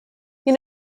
you